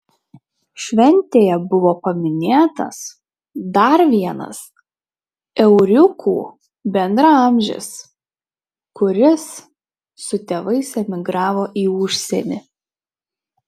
šventėje buvo paminėtas dar vienas euriukų bendraamžis kuris su tėvais emigravo į užsienį